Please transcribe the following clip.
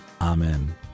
Amen